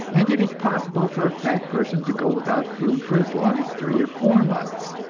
and it is possible for a fat person to go without food for as long as three or four months.